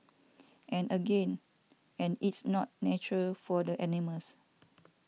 and again and it's not nature for the animals